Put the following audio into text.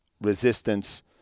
resistance